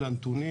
אלה הנתונים.